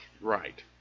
right